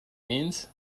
means